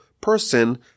person